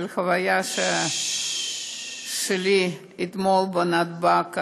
בחוויה שלי אתמול בנתב"ג,